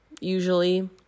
usually